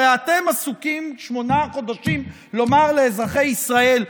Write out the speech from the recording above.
הרי אתם עסוקים שמונה חודשים בלומר לאזרחי ישראל: